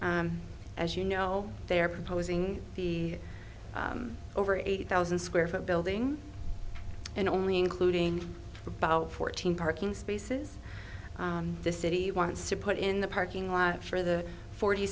as you know they are proposing the over eighty thousand square foot building and only including about fourteen parking spaces the city wants to put in the parking lot for the forty